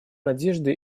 надежды